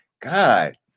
God